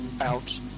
out